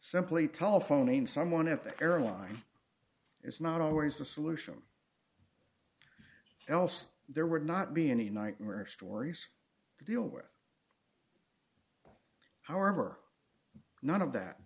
simply telephoning someone at the airline is not always a solution else there would not be any nightmare stories to deal with however none of that